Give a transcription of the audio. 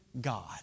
God